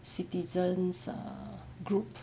citizens err group